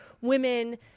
women